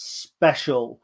special